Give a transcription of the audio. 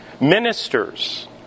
Ministers